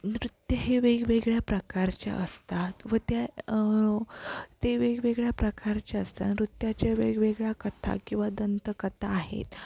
नृत्य हे वेगवेगळ्या प्रकारचे असतात व त्या ते वेगवेगळ्या प्रकारचे असतात नृत्याचे वेगवेगळ्या कथा किंवा दंतकथा आहेत